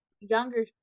younger